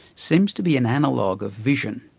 seems to be an analogue of vision,